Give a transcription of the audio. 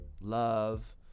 Love